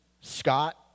Scott